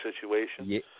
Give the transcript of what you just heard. situation